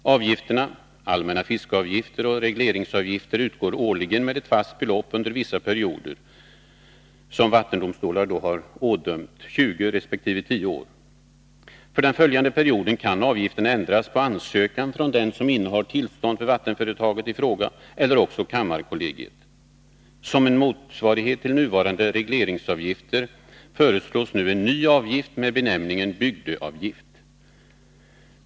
Avgifterna — allmänna fiskeavgifter och regleringsavgifter — utgår årligen med fast belopp som vattendomstol utdömt under vissa perioder — 20 resp. 10 år. För den följande perioden kan avgifterna ändras på ansökan från den som innehar tillstånd för vattenföretaget i fråga eller också från kammarkollegiet. Som en motsvarighet till nuvarande regleringsavgifter föreslås nu en ny avgift med benämningen bygdeavgift.